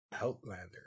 Outlander